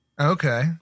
Okay